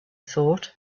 thought